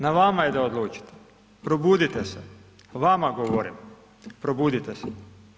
Na vama je da odlučite, probudite se, vama govorim, probudite se.